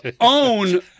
own